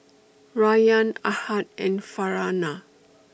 Rayyan Ahad and Farhanah